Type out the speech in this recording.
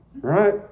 right